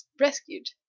rescued